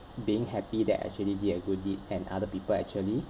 being happy that I actually did a good deed and other people actually